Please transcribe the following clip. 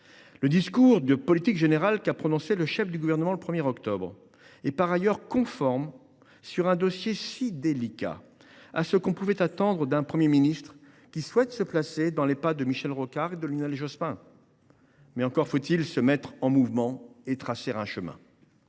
Le discours de politique générale qu’a prononcé le chef du Gouvernement le 1 octobre dernier est du reste conforme, sur un dossier si délicat, à ce que l’on pouvait attendre d’un Premier ministre souhaitant se placer dans les pas de Michel Rocard et de Lionel Jospin. Mais encore faut il se mettre en mouvement et tracer un chemin.